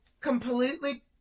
completely